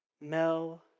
Mel